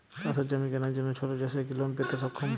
চাষের জমি কেনার জন্য ছোট চাষীরা কি লোন পেতে সক্ষম?